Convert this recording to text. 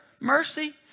mercy